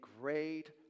great